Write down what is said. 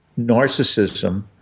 narcissism